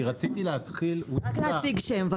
רציתי להתחיל את